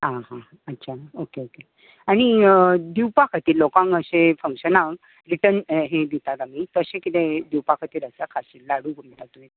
आं हां अच्छा ओके ओके आनी दिवपा खातीर अशे लोकांक फंकशनाक रिटर्न हे दितात आमी तशे कितें दिवपा खातीर आसा खाशेले लाडू बी कितें